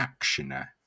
actioner